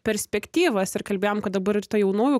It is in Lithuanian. perspektyvas ir kalbėjom kad dabar ir ta jaunųjų